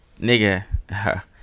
Nigga